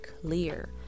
clear